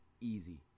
easy